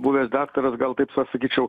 buvęs daktaras gal taip sa sakyčiau